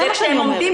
זה מה שאני אומרת.